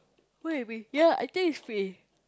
wait we ya I think is free